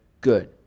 good